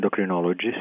endocrinologist